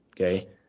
Okay